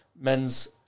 men's